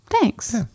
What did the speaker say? Thanks